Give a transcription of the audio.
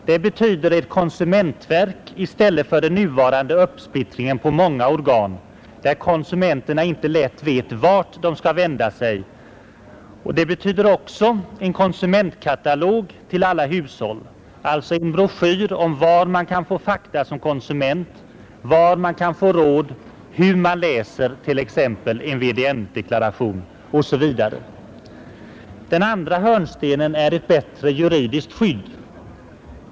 Det betyder ett konsumentverk i stället för den nuvarande uppsplittringen på många organ, där konsumenterna inte vet vart de skall vända sig. Det betyder också en konsumentkatalog till alla hushåll — alltså en broschyr om var man kan få fakta som konsument, var man kan få råd, hur man läser t.ex. en VDN-deklaration osv. Den andra hörnstenen är ett bättre juridiskt skydd.